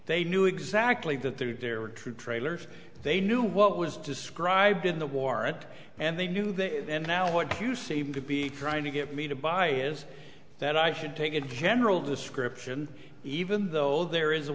they knew exactly that there were two trailers they knew what was described in the warrant and they knew that and now what you seem to be trying to get me to buy is that i should take a general description even though there is a